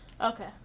Okay